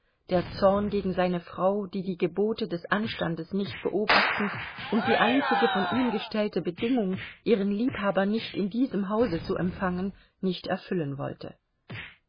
der zorn gegen seine frau die die gebote des anstandes nicht beobachten und die einzige von ihm gestellte bedingung ihren liebhaber nicht in diesem hause zu empfangen nicht erfüllen wollte